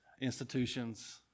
institutions